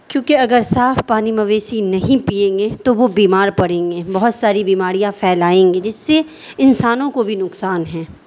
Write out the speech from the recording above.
کیونکہ اگر صاف پانی مویشی نہیں پئیں گے تو وہ بیمار پڑیں گے بہت ساری بیماریاں پھیلائیں گے جس سے انسانوں کو بھی نقصان ہے